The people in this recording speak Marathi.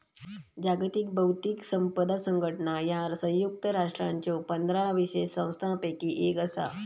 जागतिक बौद्धिक संपदा संघटना ह्या संयुक्त राष्ट्रांच्यो पंधरा विशेष संस्थांपैकी एक असा